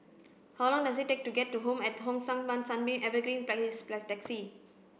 how long does it take to get to Home at Hong San Sunbeam Evergreen Place by taxi